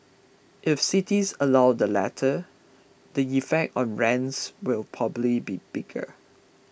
if cities allow the latter the effect on rents will probably be bigger